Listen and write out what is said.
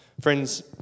Friends